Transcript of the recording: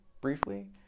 briefly